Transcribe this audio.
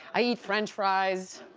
i eat french fries,